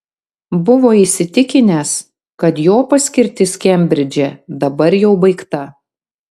buvo įsitikinęs kad jo paskirtis kembridže dabar jau baigta